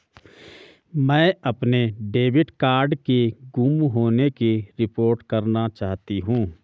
मैं अपने debit card के गुम होने की रिपोर्ट करना चाहती हूँ